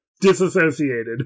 disassociated